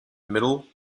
middle